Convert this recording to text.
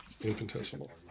infinitesimal